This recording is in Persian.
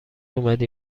اومدی